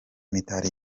mitali